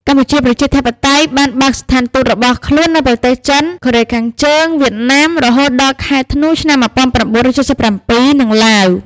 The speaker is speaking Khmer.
កម្ពុជាប្រជាធិបតេយ្យបានបើកស្ថានទូតរបស់ខ្លួននៅប្រទេសចិន កូរ៉េខាងជើង វៀតណាម (រហូតដល់ខែធ្នូឆ្នាំ ១៩៧៧) និងឡាវ ។